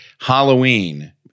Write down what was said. Halloween